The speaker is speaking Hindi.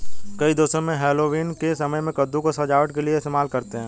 कई देशों में हैलोवीन के समय में कद्दू को सजावट के लिए इस्तेमाल करते हैं